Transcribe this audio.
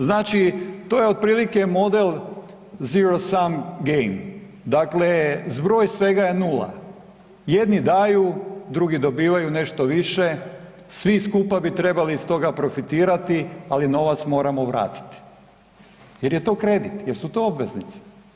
Znači, to je otprilike model zero sam game, dakle zbroj svega je nula, jedni daju, drugi dobivaju nešto više, svi skupa bi trebali iz toga profitirati, ali novac moramo vratiti jer je to kredit, jer su to obveznice.